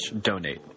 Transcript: donate